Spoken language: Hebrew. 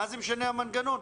מה משנה המנגנון?